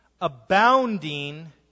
Abounding